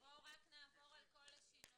בואו נעבור על כל השינויים.